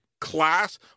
class